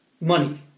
Money